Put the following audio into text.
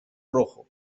rojo